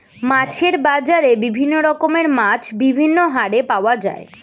মাছের বাজারে বিভিন্ন রকমের মাছ বিভিন্ন হারে পাওয়া যায়